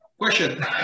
Question